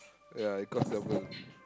ya it cost double